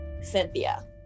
Cynthia